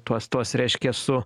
tuos tuos reiškia su